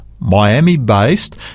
Miami-based